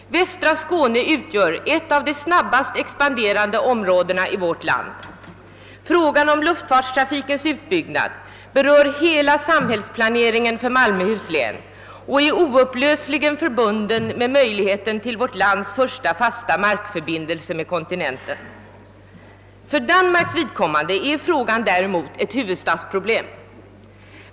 Västra Skåne utgör ett av de snabbast expanderande områdena i vårt land. Frågan om luftfartens utbyggnad berör hela samhällsplaneringen för Malmöhus län och är oupplösligen förbunden med möjligheten till vårt lands första fasta markförbindelse med kontinenten. För Danmarks vidkommande är frågan däremot ett huvudstadsproblem.